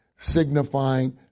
signifying